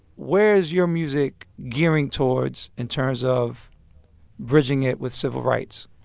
where is your music gearing towards in terms of bridging it with civil rights?